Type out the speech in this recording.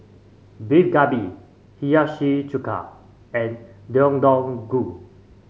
Beef Galbi Hiyashi Chuka and Deodeok Gui